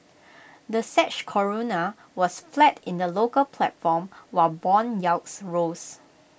the Czech Koruna was flat in the local platform while Bond yields rose